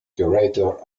curator